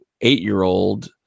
eight-year-old